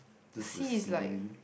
just the scenery